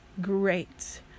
great